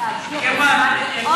בזמן באוטובוס.